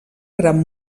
gran